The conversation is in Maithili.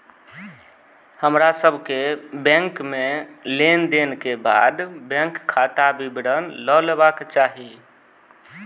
हमर सभ के बैंक में लेन देन के बाद बैंक खाता विवरण लय लेबाक चाही